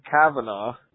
Kavanaugh